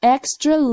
Extra